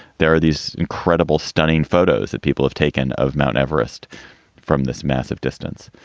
there are these incredible, stunning photos that people have taken of mt. everest from this massive distance.